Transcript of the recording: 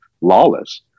lawless